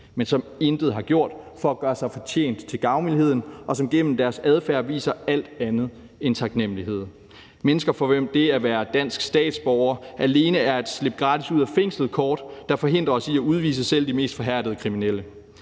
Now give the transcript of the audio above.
men som intet har gjort for at gøre sig fortjent til gavmildheden, og som gennem deres adfærd viser alt andet end taknemlighed. Det er mennesker, for hvem det at være dansk statsborger alene er et kort til at slippe gratis ud af fængslet, og vi er forhindret i at udvise selv de mest forhærdede kriminelle.